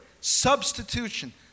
substitution